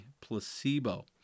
placebo